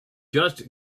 just